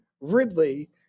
Ridley